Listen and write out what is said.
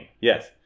yes